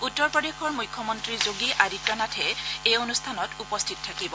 উত্তৰ প্ৰদেশৰ মুখ্যমন্ত্ৰী যোগী আদিত্যনাথ এই অনুষ্ঠানত উপস্থিত থাকিব